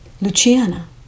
Luciana